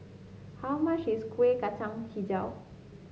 how much is Kuih Kacang hijau